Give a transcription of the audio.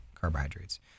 carbohydrates